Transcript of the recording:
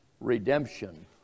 Redemption